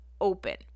open